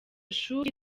shuri